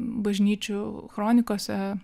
bažnyčių kronikose